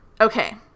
Okay